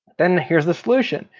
then here's the solution.